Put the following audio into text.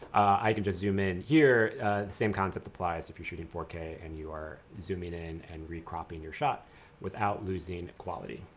i can just zoom in here. the same concept applies if you shoot in four k and you are zooming in and re cropping your shot without losing quality.